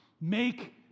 Make